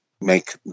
make